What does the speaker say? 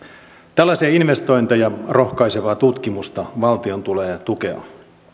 tällaisia investointeja rohkaisevaa tutkimusta valtion tulee tukea